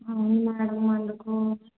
అవును మేడం అందుకు